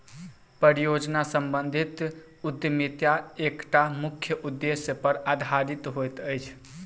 परियोजना सम्बंधित उद्यमिता एकटा मुख्य उदेश्य पर आधारित होइत अछि